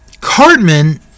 Cartman